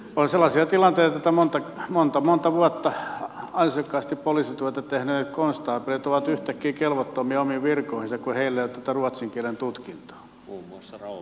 on sellaisia tilanteita että monta monta vuotta ansiokkaasti poliisityötä tehneet konstaapelit ovat yhtäkkiä kelvottomia omiin virkoihinsa kun heillä ei ole tätä ruotsin kielen tutkintoa